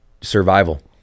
survival